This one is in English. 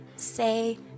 Say